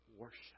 Worship